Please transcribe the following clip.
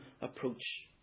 approach